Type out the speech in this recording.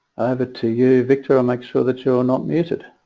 over to you victor, i'll make sure that you're not muted.